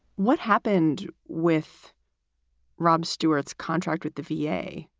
what happened with rob stewart's contract with the v a?